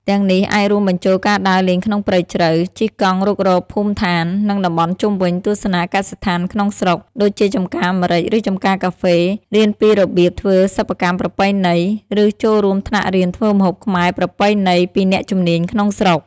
ទាំងនេះអាចរួមបញ្ចូលការដើរលេងក្នុងព្រៃជ្រៅ ជិះកង់រុករកភូមិដ្ឋាន និងតំបន់ជុំវិញ ទស្សនាកសិដ្ឋានក្នុងស្រុក ដូចជាចម្ការម្រេច ឬចម្ការកាហ្វេ រៀនពីរបៀបធ្វើសិប្បកម្មប្រពៃណី ឬចូលរួមថ្នាក់រៀនធ្វើម្ហូបខ្មែរប្រពៃណីពីអ្នកជំនាញក្នុងស្រុក។